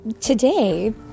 today